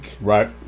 Right